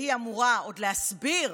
והיא אמורה עוד להסביר,